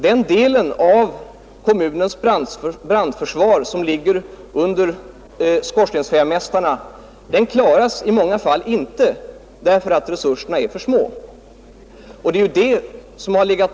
Den delen av kommunens brandförsvar som ligger under skorstensfejarmästarna klarar dessa i många fall inte därför att deras resurser är för små.